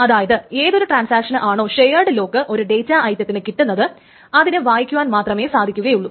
അതായത് ഏതൊരു ട്രാൻസാക്ഷന് ആണോ ഷേയേട് ലോക്ക് ഒരു ഡേറ്റാ ഐറ്റത്തിന് കിട്ടുന്നത് അതിന് വായിക്കുവാൻ മാത്രമേ സാധിക്കുകയുള്ളു